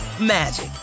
magic